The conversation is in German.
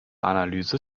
analyse